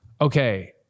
Okay